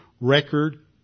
record